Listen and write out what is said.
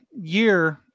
year